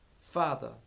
Father